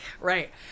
Right